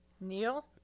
Neil